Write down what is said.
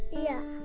yeah!